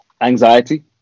anxiety